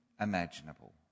imaginable